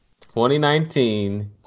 2019